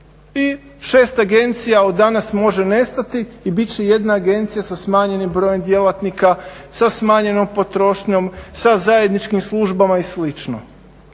I šest agencija od danas može nestati i bit će jedna agencija sa smanjenim brojem djelatnika, sa smanjenom potrošnjom, sa zajedničkim službama i